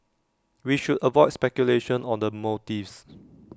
we should avoid speculation on the motives